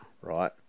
Right